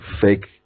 fake